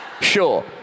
Sure